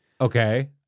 Okay